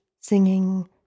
singing